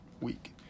week